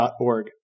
.org